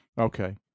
Okay